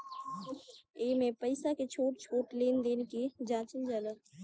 एइमे पईसा के छोट छोट लेन देन के जाचल जाला